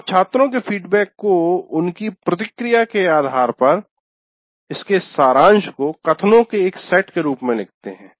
आप छात्रों के फीडबैक फीडबैक को उनकी प्रतिक्रिया के आधार पर इसके सारांश को कथनों के एक सेट के रूप में लिखते हैं